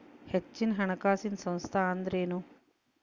ಹೆಚ್ಚಿನ ಹಣಕಾಸಿನ ಸಂಸ್ಥಾ ಅಂದ್ರೇನು?